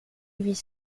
huit